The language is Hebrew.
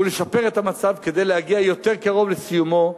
ולשפר את המצב כדי להגיע יותר קרוב לסיומו,